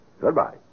Goodbye